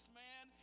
man